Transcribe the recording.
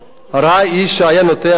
ראה איש שהיה נוטע חרוב.